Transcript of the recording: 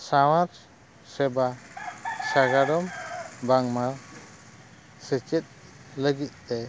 ᱥᱟᱶᱟᱨ ᱥᱮᱵᱟ ᱥᱟᱜᱟᱲᱚᱢ ᱵᱟᱝᱢᱟ ᱥᱮᱪᱮᱫ ᱞᱟᱹᱜᱤᱫ ᱛᱮ